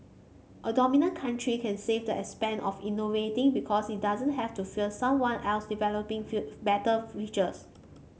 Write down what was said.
a dominant company can save the expense of innovating because it doesn't have to fear someone else developing few better features